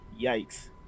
yikes